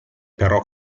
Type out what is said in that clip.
però